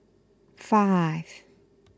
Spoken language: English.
five